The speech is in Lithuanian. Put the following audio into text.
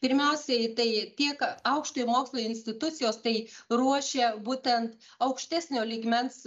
pirmiausia į tai tiek aukštojo mokslo institucijos tai ruošia būtent aukštesnio lygmens